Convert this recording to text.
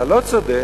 אתה לא צודק,